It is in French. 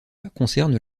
concernent